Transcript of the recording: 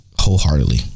wholeheartedly